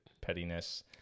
pettiness